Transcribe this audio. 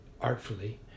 artfully